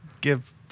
give